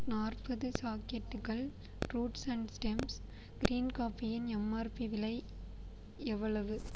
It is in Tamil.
நாற்பது சாக்கெட்டுகள் ரூட்ஸ் அண்ட் ஸ்டெம்ஸ் க்ரீன் காபியின் எம்ஆர்பி விலை எவ்வளவு